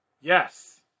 Yes